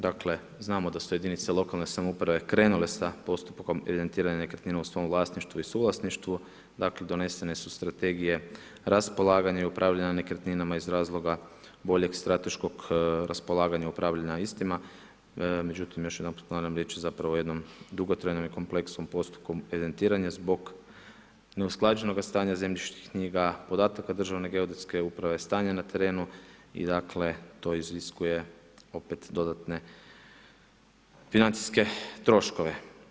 Dakle znamo da su jedinice lokalne samouprave krenule sa postupkom evidentiranja nekretnina u svom vlasništvu i suvlasništvu, dakle donesene su strategije raspolaganja i upravljanja nekretninama iz razloga boljeg strateškog raspolaganja, upravljanja istima, međutim još jedanput ponavljam riječ je zapravo o jednom dugotrajnom i kompleksnom postupku evidentiranja zbog neusklađenoga stanja zemljišnih knjiga, podataka državne geodetske uprave, stanja na terenu i dakle to iziskuje opet dodatne financijske troškove.